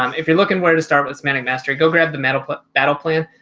um if you're looking where to start with semantic mastery go grab the medical battle plan,